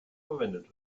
verwendet